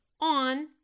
on